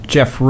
Jeff